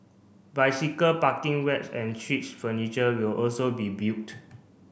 bicycle parking racks and streets furniture will also be built